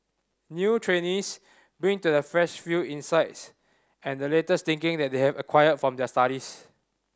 new trainees bring to the fresh field insights and the latest thinking they have acquired from their studies